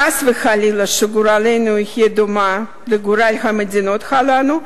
חס וחלילה שגורלנו יהיה דומה לגורל המדינות הללו,